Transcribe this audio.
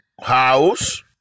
house